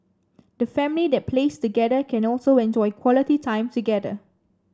the family that plays together can also enjoy quality time together